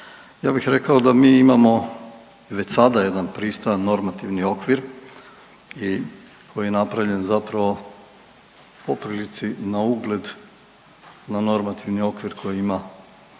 Ja bih rekao da mi imamo već sada jedan pristojan normativni okvir i koji je napravljen zapravo po prilici na ugled na normativni okvir koji ima,